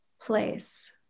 place